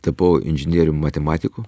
tapau inžinierium matematiku